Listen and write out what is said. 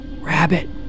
Rabbit